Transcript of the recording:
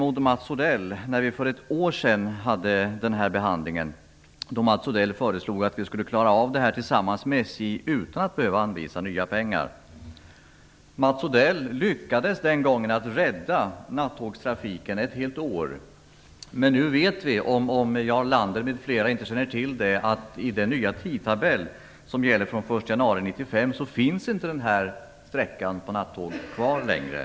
När vi behandlade frågan för ett år sedan var inte Socialdemokraterna nådiga mot Mats Odell som föreslog att vi skulle klara av detta tillsammans med SJ utan att nya pengar skulle behöva anvisas. Mats Odell lyckades den gången rädda nattågstrafiken ett helt år. Men om Jarl Lander m.fl. inte känner till det så vill jag tala om att denna sträcka för nattåget inte längre finns kvar i den nya tidtabellen som gäller från den 1 januari 1995.